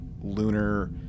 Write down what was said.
lunar